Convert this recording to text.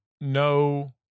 no